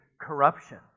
corruption